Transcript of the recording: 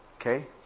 Okay